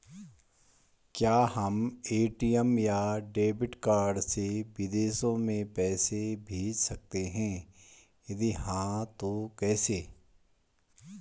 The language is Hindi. क्या हम ए.टी.एम या डेबिट कार्ड से विदेशों में पैसे भेज सकते हैं यदि हाँ तो कैसे?